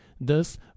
Thus